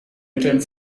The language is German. mitteln